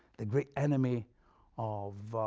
the great enemy of